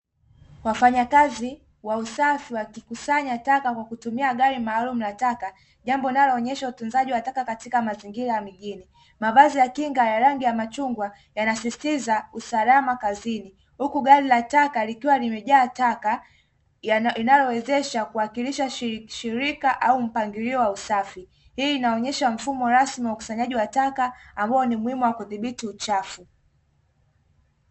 Wafanyakazi wa usafi wakikusanya taka kwa kutumia gari maalumu la taka jambo linaloonyesha utunzaji wa taka katika mazingira ya mijini, mavazi ya kinga ya rangi ya machungwa yanasisitiza usalama kazini huku gari la taka likiwa limejaa taka inayowezesha kuwakirisha shirika au mpangilio wa usafi, hii inaonyesha mfumo rasmi wa ukusanyaji wa taka ambao ni muhimu wa kudhibiti uchafu.